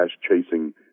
chasing